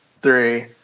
three